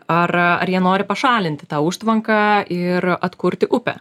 ar ar jie nori pašalinti tą užtvanką ir atkurti upę